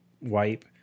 wipe